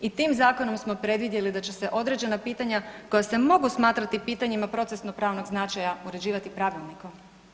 I tim zakonom smo predvidjeli da će se određena pitanja koja se mogu smatrati pitanjima procesno-pravnog značenja uređivati pravilnikom.